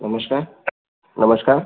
नमस्कार नमस्कार